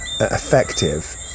effective